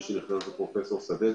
מי שנחשף למידע הזה זה פרופ' סדצקי,